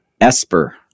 Esper